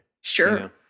Sure